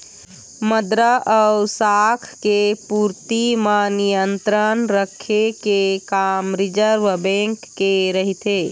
मद्रा अउ शाख के पूरति म नियंत्रन रखे के काम रिर्जव बेंक के रहिथे